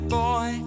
boy